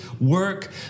work